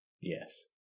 Yes